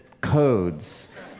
codes